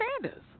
Sanders